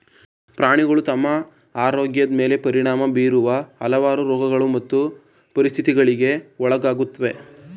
ಪ್ರಾಣಿಗಳು ತಮ್ಮ ಆರೋಗ್ಯದ್ ಮೇಲೆ ಪರಿಣಾಮ ಬೀರುವ ಹಲವಾರು ರೋಗಗಳು ಮತ್ತು ಪರಿಸ್ಥಿತಿಗಳಿಗೆ ಒಳಗಾಗುತ್ವೆ